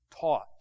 taught